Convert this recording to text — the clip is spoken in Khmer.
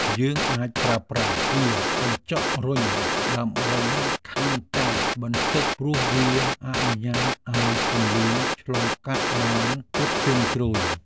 យើងអាចប្រើប្រាស់ទ្វារកញ្ចក់រុញដើម្បីខណ្ឌចែកបន្ទប់ព្រោះវាអនុញ្ញាតឱ្យពន្លឺឆ្លងកាត់បានគ្រប់ជ្រុងជ្រោយ។